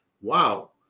Wow